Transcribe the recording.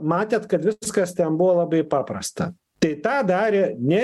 matėt kad viskas ten buvo labai paprasta tai tą darė ne